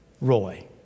Roy